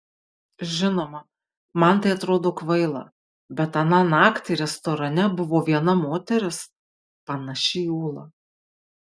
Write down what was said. žinoma man tai atrodo kvaila bet aną naktį restorane buvo viena moteris panaši į ūlą